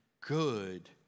good